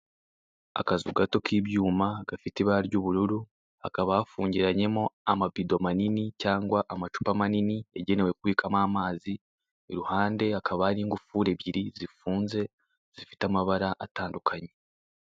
Akazu gato k'ibyuma gafite ibara ry'ubururu, hakaba hafungiranyemo amabido manini cyangwa amacupa manini yagenewe kubikamo amazi; iruhande hakaba hari ingufuri ebyiri zifunze zifite amabara atandukanye.